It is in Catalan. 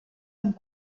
amb